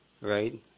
right